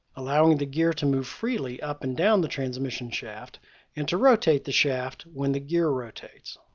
allowing the gear to move freely up and down the transmission shaft and to rotate the shaft when the gear rotates.